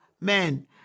men